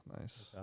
nice